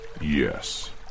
Yes